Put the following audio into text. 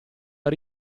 per